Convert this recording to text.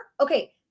okay